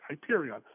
Hyperion